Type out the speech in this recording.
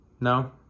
no